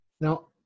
Now